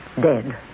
Dead